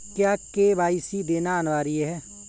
क्या के.वाई.सी देना अनिवार्य है?